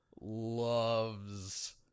loves